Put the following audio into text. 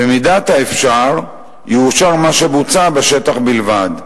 במידת האפשר יאושר מה שבוצע בשטח בלבד.